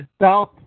South